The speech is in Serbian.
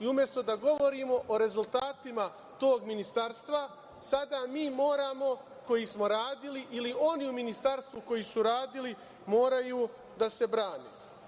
Umesto da govorimo o rezultatima tog ministarstva, sada mi moramo koji smo radili ili oni u Ministarstvu koji su radili moraju da se brane.